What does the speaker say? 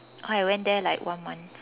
oh I went there like one month